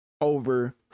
over